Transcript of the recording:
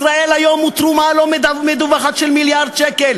"ישראל היום" הוא תרומה לא מדוּוחת של מיליארד שקל